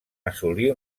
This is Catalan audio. assolir